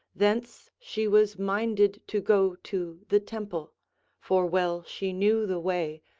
thence she was minded to go to the temple for well she knew the way,